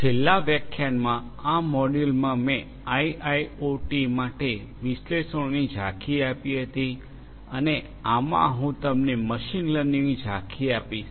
છેલ્લા વ્યાખ્યાનમાં આ મોડ્યુલમાં મેં આઇઆઇઓટી માટે વિશ્લેષણોની ઝાંખી આપી હતી અને આમાં હું તમને મશીન લર્નિંગની ઝાંખી આપીશ